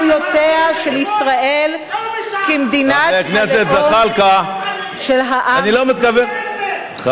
"זכויותיה של ישראל כמדינת הלאום של העם, צאו משם.